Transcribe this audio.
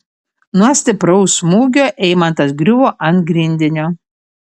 nuo stipraus smūgio eimantas griuvo ant grindinio